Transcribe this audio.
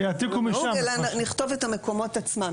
אלא נכתוב את המקומות עצמם,